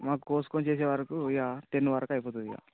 మాకు కోసుకుని చేసే వరకు ఇక టెన్ వరకు అయిపోతుంది ఇక